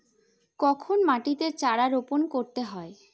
কখন মাটিতে চারা রোপণ করতে হয়?